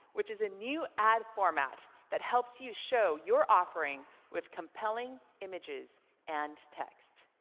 which is a new ad format that helps you show your offering with compelling images and text.